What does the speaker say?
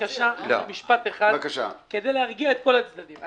בבקשה משפט אחד כדי להרגיע את כל הצדדים.